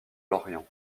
lorient